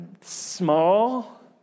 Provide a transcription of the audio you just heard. small